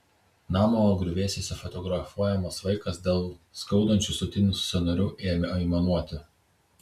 namo griuvėsiuose fotografuojamas vaikas dėl skaudančių sutinusių sąnarių ėmė aimanuoti